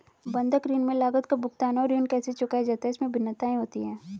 बंधक ऋण में लागत का भुगतान और ऋण कैसे चुकाया जाता है, इसमें भिन्नताएं होती हैं